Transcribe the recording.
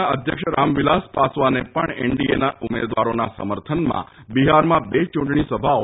ના અધ્યક્ષ રામવિલાસ પાસવાને પણ એનડીએના ઉમેદવારોના સમર્થનમાં બિહારમાં બે ચૂંટણી સભાઓ સંબોધી હતી